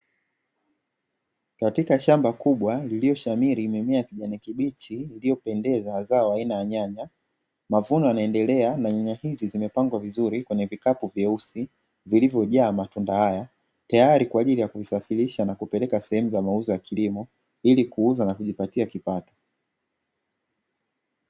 Katika shamba lililoshamiri mimea ya kijani kibichi iliyopendeza, zao aina ya nyanya, mafunzo yanaendelea na vimepangwa vizuri kwenye vikapu vyeusi vilivyojaa matunda haya, tayri kwa ajili ya kusafirisha na kupeleka sehemu za mauzo ya kilimo ili kuuza na kujipatia kipato.